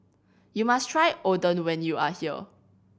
you must try Oden when you are here